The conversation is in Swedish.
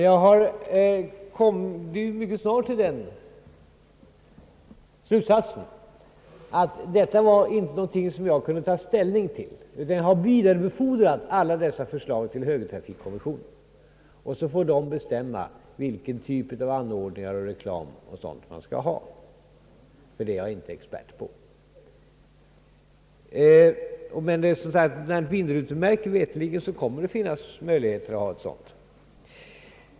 Jag kom dock mycket snart till den slutsatsen att förslagen inte var någonting som jag skulle ta ställning till. Jag har därför vidarebe fordrat alla dessa förslag till högertrafikkommissionen, som får bestämma vilken typ av anordning och reklam man skall begagna. Det är ju inte jag expert på. Men, som sagt, vindrutemärken kommer det mig veterligen att finnas möjligheter att få.